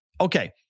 okay